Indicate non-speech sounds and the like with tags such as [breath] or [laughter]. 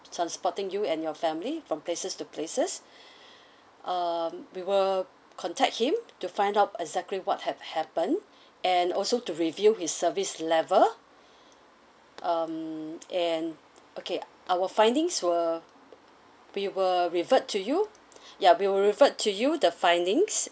transporting you and your family from places to places [breath] um we will contact him to find out exactly what had happened and also to review his service level um and okay our findings will we will revert to you ya we will revert to you the findings